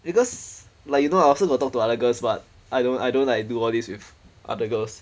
because like you know I also got talk to other girls but I don't I don't like do all this with other girls